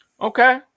Okay